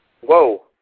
Whoa